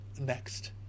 Next